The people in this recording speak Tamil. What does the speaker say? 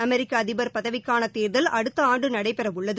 அமெரிக்க அதிபர் பதவிக்கான தேர்தல் அடுத்த ஆண்டு நடைபெற உள்ளது